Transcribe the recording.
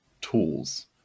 tools